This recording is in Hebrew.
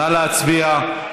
נא להצביע.